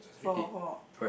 for for